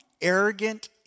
arrogant